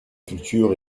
culture